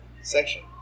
section